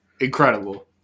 Incredible